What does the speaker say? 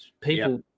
people